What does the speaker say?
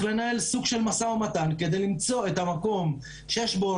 לנהל סוג של משא ומתן כדי למצוא את המקום שיש בו,